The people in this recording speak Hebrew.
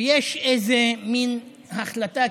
ויש איזה מין ההחלטה,